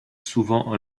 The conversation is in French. souvent